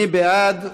מי בעד?